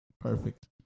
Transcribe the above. Perfect